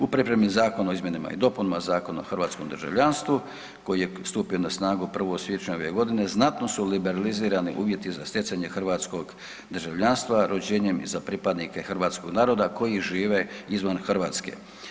U pripremi Zakona o izmjenama i dopunama Zakona o hrvatskom državljanstvu koji je stupio na snagu 1. siječnja ove godine znatno su liberalizirani uvjeti za stjecanje hrvatskog državljanstva rođenjem i za pripadnike hrvatskog naroda koji žive izvan Hrvatske.